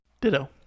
Ditto